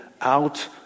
out